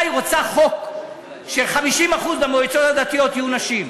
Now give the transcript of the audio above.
שהיא רוצה חוק ש-50% במועצות הדתיות יהיו נשים.